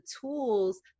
tools